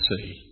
see